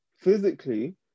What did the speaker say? physically